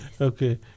Okay